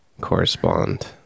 correspond